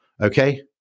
okay